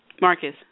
Marcus